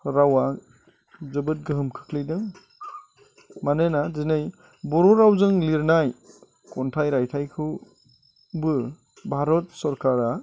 रावा जोबोद गोहोम खोख्लैदों मानोना दिनै बर' रावजों लिरनाय खन्थाइ राइथायखौबो भारत सरखारा